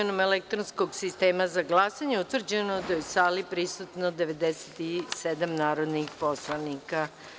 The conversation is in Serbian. elektronskog sistema za glasanje utvrđeno da je u sali prisutno 97 narodnih poslanika.